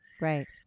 Right